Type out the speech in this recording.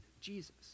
Jesus